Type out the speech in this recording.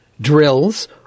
drills